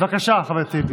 בבקשה, חבר הכנסת טיבי.